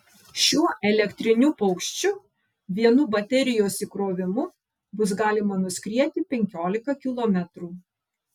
šiuo elektriniu paukščiu vienu baterijos įkrovimu bus galima nuskrieti penkiolika kilometrų